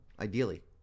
Ideally